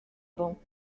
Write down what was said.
banc